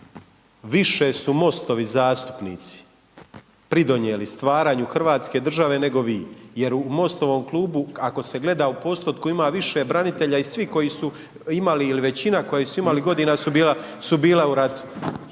više su MOST-ovi zastupnici pridonijeli stvaranju Hrvatske države nego vi, jer u MOST-ovom klubu ako se gleda u postotku ima više branitelja i svih koju su imali ili većina koji su imali godina su bila u ratu.